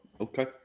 okay